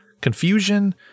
confusion